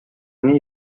nii